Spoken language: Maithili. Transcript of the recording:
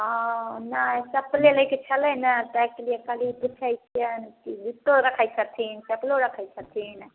हँ नहि चप्पले लयके छलै ने ताहि के लए कहली पुछै छिअनि जुत्तो रखै छथिन चप्पलो रखै छथिन